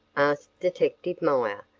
asked detective meyer,